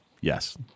Yes